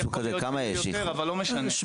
כמה אמבולנסים?